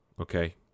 okay